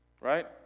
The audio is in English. right